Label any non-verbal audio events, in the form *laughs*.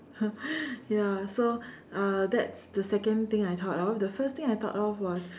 *laughs* ya so uh that's the second thing I thought of the first thing I thought of was